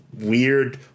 weird